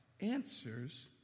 answers